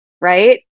right